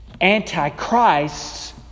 Antichrists